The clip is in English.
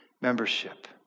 membership